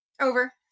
Over